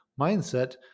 mindset